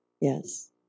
yes